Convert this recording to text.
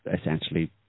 essentially